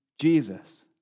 Jesus